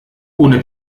ohne